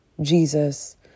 Jesus